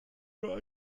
nur